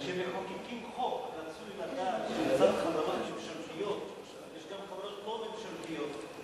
כשמחוקקים חוק רצוי לדעת שלצד חברות ממשלתיות יש גם חברות לא ממשלתיות,